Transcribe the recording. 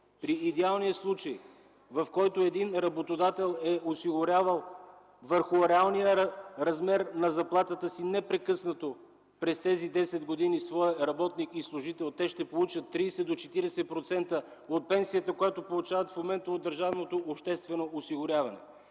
господин Костов, в който един работодател е осигурявал върху реалния размер на заплата непрекъснато през тези десет години своя работник и служител, тогава те ще получат 30-40% от пенсията, която получават в момента от държавното обществено осигуряване.